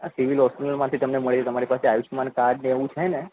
આ સિવિલ હોસ્પિટલમાંથી તમને મળી રહે તમારી પાસે આયુષ્યમાન કાર્ડ ને એવું છે ને